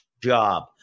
job